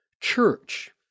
church